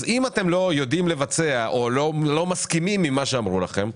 אז אם אתם לא יודעים לבצע או לא מסכימים עם מה שאמרו לכם,